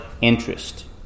interest